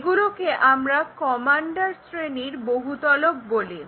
এগুলোকে আমরা কমান্ডার শ্রেণীর বহুতলক বলি